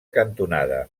cantonada